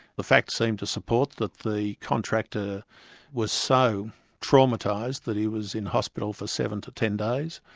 the facts seemed to support that the contractor was so traumatised that he was in hospital for seven to ten days,